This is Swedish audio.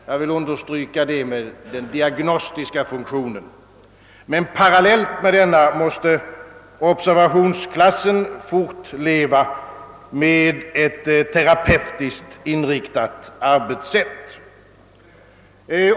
Men parallellt med denna måste observationsklassen fortleva med ett terapeutiskt inriktat arbetssätt.